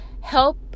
help